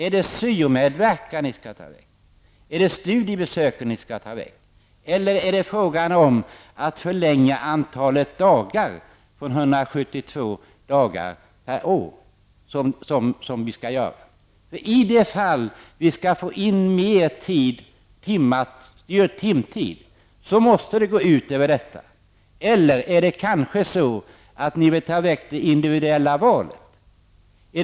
Är det SYO-medverkan ni skall ta väck? Är det studiebesöken ni skall ta väck? Eller är det fråga om att förlänga antalet dagar utöver 172 per år? Skall ni få in mer timtid, måste det gå ut över något annat. Vill ni ta bort det individuella valet?